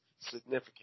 significant